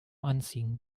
anziehen